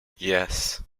yes